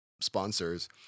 sponsors